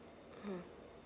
um